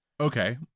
Okay